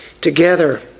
together